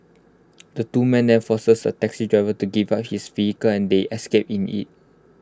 the two men then forced A taxi driver to give up his vehicle and they escaped in IT